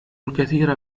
الكثير